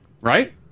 Right